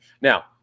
Now